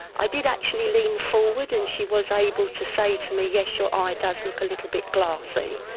i did actually lean forward and she was able to say to me yes, your eye does look a little bit glassy.